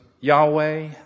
Yahweh